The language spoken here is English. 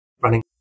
running